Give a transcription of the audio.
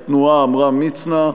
התנועה: עמרם מצנע.